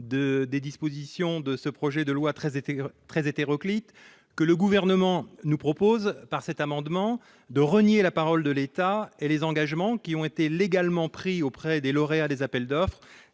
des dispositions de ce projet de loi très étaient très hétéroclite, que le gouvernement nous propose par cet amendement de renier la parole de l'État et les engagements qui ont été légalement pris auprès des lauréats des appels d'offres